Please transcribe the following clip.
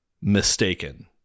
mistaken